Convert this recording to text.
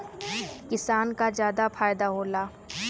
किसान क जादा फायदा होला